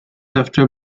after